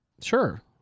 sure